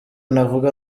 navuga